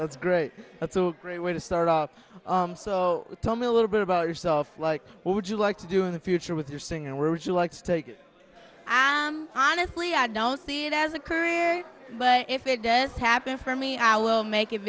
that's great that's a great way to start off so tell me a little bit about yourself what would you like to do in the future with your singing and where would you like to take honestly i don't see it as a career but if it does happen for me i will make it